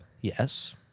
yes